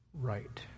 right